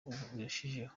birushijeho